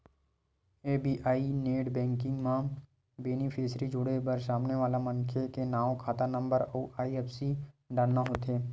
SBI net banking म beneficiary जोड़े बर सामने वाला मनखे के नांव, खाता नंबर अउ आई.एफ.एस.सी डालना होथे